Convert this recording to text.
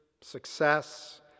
success